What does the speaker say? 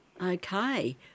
Okay